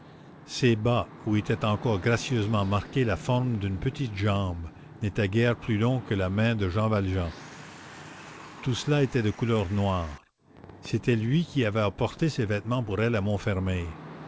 ces bas où était encore gracieusement marquée la forme d'une petite jambe n'étaient guère plus longs que la main de jean valjean tout cela était de couleur noire c'était lui qui avait apporté ces vêtements pour elle à montfermeil